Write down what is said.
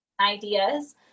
ideas